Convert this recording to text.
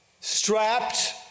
strapped